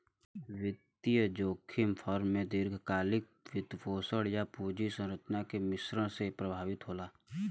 वित्तीय जोखिम फर्म के दीर्घकालिक वित्तपोषण, या पूंजी संरचना के मिश्रण से प्रभावित होला